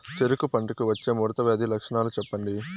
చెరుకు పంటకు వచ్చే ముడత వ్యాధి లక్షణాలు చెప్పండి?